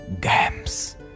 games